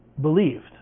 believed